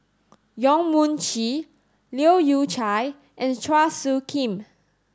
Yong Mun Chee Leu Yew Chye and Chua Soo Khim